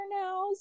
now